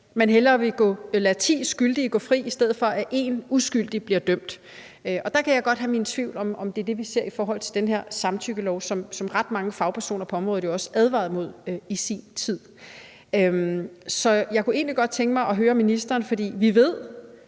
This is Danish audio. man hellere vil lade ti skyldige gå fri, end at en uskyldig bliver dømt, og der kan jeg godt have min tvivl om, om det er det, vi ser i forhold til den her samtykkelov, som ret mange fagpersoner på området jo også advarede imod i sin tid. Så jeg kunne egentlig godt tænke mig at høre ministeren – for vi ved